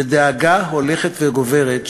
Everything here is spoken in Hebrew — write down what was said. בדאגה הולכת וגוברת,